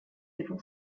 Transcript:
civil